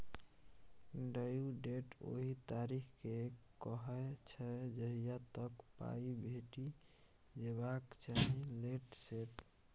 due date ओहि तारीख केँ कहय छै जहिया तक पाइ भेटि जेबाक चाही लेट सेट